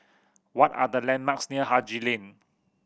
what are the landmarks near Haji Lane